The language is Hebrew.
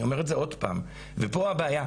אני אומר את זה עוד פעם, ופה הבעיה.